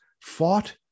fought